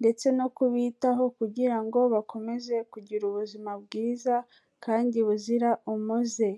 ndetse no kubitaho kugira ngo bakomeze kugira ubuzima bwiza kandi buzira umuze.